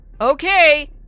Okay